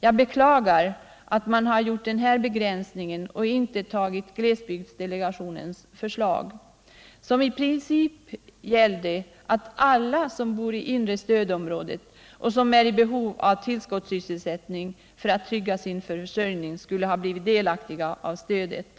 Jag beklagar att man har gjort den begränsningen och inte godtagit glesbygdsdelegationens förslag, som i princip gällde att alla som bor i inre stödområdet och som är i behov av tillskottssysselsättning för att trygga sin försörjning skulle bli delaktiga av stödet.